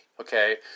okay